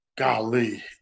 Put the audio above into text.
golly